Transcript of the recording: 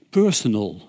personal